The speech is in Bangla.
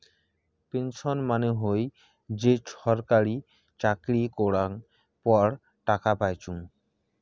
পেনশন মানে হই যে ছরকারি চাকরি করাঙ পর টাকা পাইচুঙ